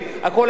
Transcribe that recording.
הכול היה בסדר?